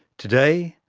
today,